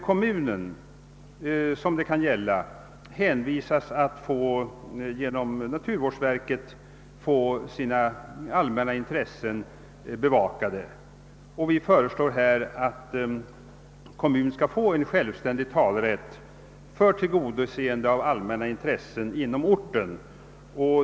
Kommunen i fråga hänvisas emellertid till att få sina allmänna intressen bevakade genom naturvårdsverket. Vi föreslår i detta fall att kommunen skall få en självständig klagorätt för tillgodoseende av allmänna intressen inom orten.